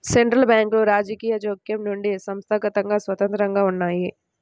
central బ్యాంకులు రాజకీయ జోక్యం నుండి సంస్థాగతంగా స్వతంత్రంగా ఉన్నయ్యి